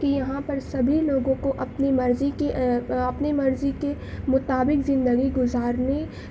کہ یہاں پر سبھی لوگوں کو اپنی مرضی کی اپنی مرضی کے مطابق زندگی گزارنے